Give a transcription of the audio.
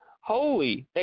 holy